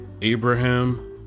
Abraham